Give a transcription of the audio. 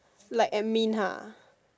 like admin ha